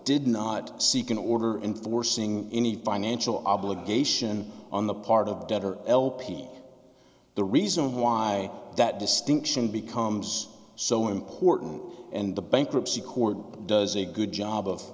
did not seek an order enforcing any financial obligation on the part of the debtor lp the reason why that distinction becomes so important and the bankruptcy court does a good job of